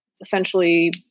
essentially